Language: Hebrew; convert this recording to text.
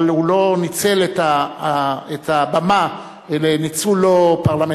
אבל הוא לא ניצל את הבמה ניצול לא פרלמנטרי,